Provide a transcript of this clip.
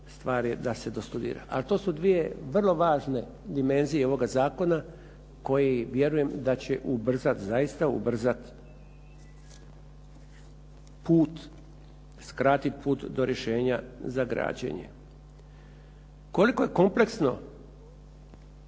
stvar je da se dostudira. Ali to su dvije vrlo važne dimenzije ovoga zakona koji vjerujem da će ubrzat, zaista ubrzat put, skratit put do rješenja za građenje. Koliko je kompleksno